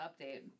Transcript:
update